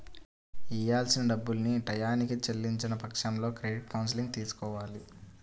ఇయ్యాల్సిన డబ్బుల్ని టైయ్యానికి చెల్లించని పక్షంలో క్రెడిట్ కౌన్సిలింగ్ తీసుకోవాలి